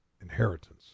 inheritance